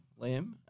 Liam